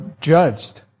judged